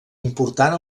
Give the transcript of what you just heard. important